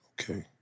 Okay